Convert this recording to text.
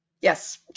Yes